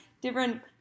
different